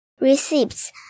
receipts